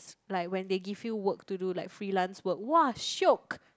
s~ like when they give you work to do like freelance work !wah! shock